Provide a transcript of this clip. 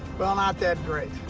well, not that great.